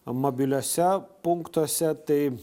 mobiliuose punktuose tai